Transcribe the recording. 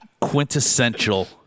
quintessential